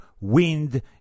wind